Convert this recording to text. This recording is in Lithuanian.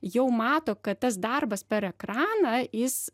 jau mato kad tas darbas per ekraną jis